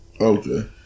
Okay